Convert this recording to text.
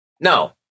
No